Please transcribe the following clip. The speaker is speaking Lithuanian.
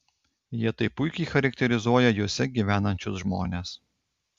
jie taip puikiai charakterizuoja juose gyvenančius žmones